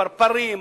פרפרים,